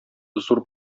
зур